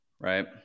right